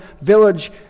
village